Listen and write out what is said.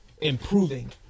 improving